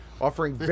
offering